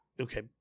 okay